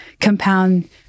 compound